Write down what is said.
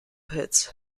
hits